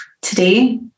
today